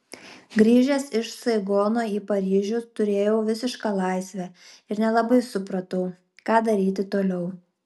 grįžęs iš saigono į paryžių turėjau visišką laisvę ir nelabai supratau ką daryti toliau